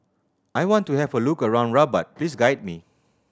I want to have a look around Rabat please guide me